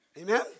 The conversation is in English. Amen